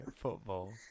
Football